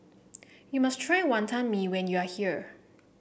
you must try Wonton Mee when you are here